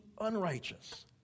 unrighteous